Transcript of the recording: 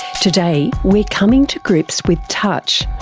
today, we're coming to grips with touch,